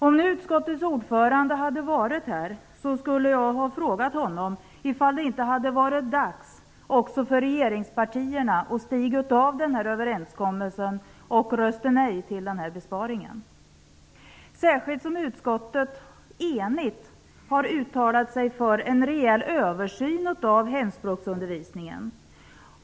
Om utskottets ordförande hade varit här skulle jag ha frågat honom om det inte är dags också för regeringspartierna att hoppa av överenskommelsen och rösta nej till den här besparingen, särskilt med tanke på att utskottet enigt har uttalat sig för en rejäl översyn av hemspråksundervisningen.